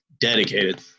Dedicated